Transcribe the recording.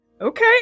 okay